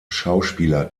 schauspieler